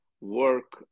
work